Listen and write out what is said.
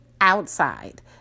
outside